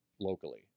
locally